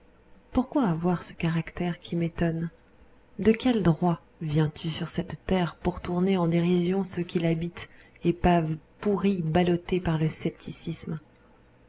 pourquoi avoir ce caractère qui m'étonne de quel droit viens-tu sur cette terre pour tourner en dérision ceux qui l'habitent épave pourrie ballottée par le scepticisme